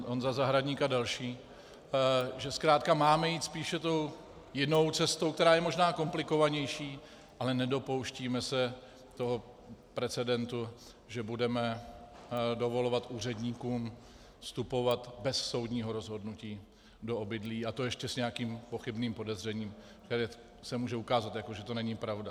Honza Zahradník a další, že zkrátka máme jít spíše tou jinou cestou, která je možná komplikovanější, ale nedopouštíme se toho precedentu, že budeme dovolovat úředníkům vstupovat bez soudního rozhodnutí do obydlí, a to ještě s nějakým pochybným podezřením, které se může ukázat, jako že to není pravda.